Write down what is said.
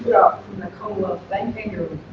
and the commonwealth bank in